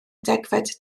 degfed